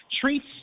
Treats